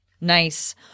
Nice